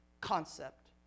concept